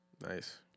Nice